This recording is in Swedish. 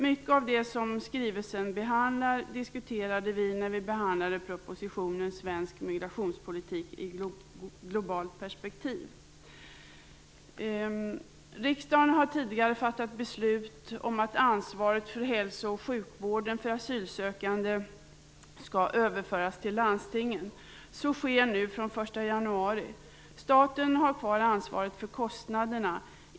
Mycket av det som behandlas i skrivelsen diskuterade vi när vi behandlade propositionen Svensk migrationspolitik i globalt perspektiv. Riksdagen har tidigare fattat beslut om att ansvaret för hälso och sjukvården för asylsökande skall överföras till landstingen. Så sker nu från den 1 januari. Staten har kvar ansvaret för kostnaderna.